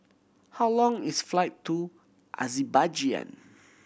how long is flight to Azerbaijan